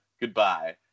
Goodbye